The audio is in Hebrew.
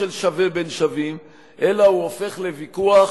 של שווה בין שווים אלא הוא הופך לוויכוח